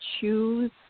choose